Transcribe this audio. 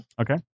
Okay